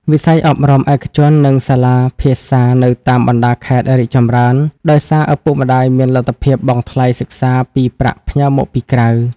វិស័យអប់រំឯកជន និងសាលាភាសានៅតាមបណ្ដាខេត្តរីកចម្រើន ដោយសារឪពុកម្ដាយមានលទ្ធភាពបង់ថ្លៃសិក្សាពីប្រាក់ផ្ញើមកពីក្រៅ។